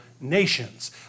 nations